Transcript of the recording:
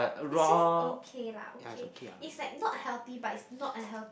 is just okay lah okay it's like not healthy but is not unheal~